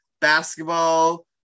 basketball